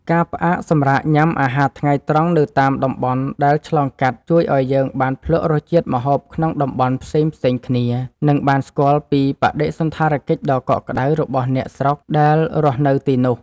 ការផ្អាកសម្រាកញ៉ាំអាហារថ្ងៃត្រង់នៅតាមតំបន់ដែលឆ្លងកាត់ជួយឱ្យយើងបានភ្លក់រសជាតិម្ហូបក្នុងតំបន់ផ្សេងៗគ្នា និង បានស្គាល់ពីបដិសណ្ឋារកិច្ចដ៏កក់ក្ដៅរបស់អ្នកស្រុកដែលរស់នៅទីនោះ។